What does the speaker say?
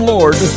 Lord